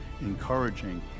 encouraging